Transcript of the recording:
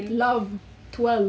wrong twelve